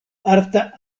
arta